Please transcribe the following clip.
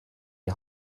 die